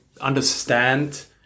understand